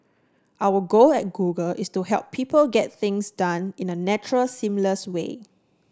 our goal at Google is to help people get things done in a natural seamless way